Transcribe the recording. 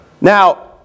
Now